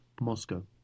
Moscow